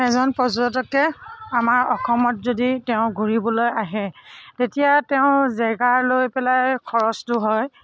এজন পৰ্যটকে আমাৰ অসমত যদি তেওঁ ঘূৰিবলৈ আহে তেতিয়া তেওঁৰ জেগা লৈ পেলাই খৰচটো হয়